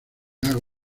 lago